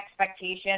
expectation